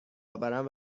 آورم